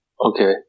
okay